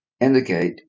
indicate